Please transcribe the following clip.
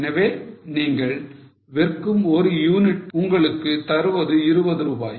எனவே நீங்கள் விற்கும் ஒரு யூனிட் உங்களுக்கு தருவது 20 ரூபாய்